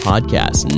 Podcast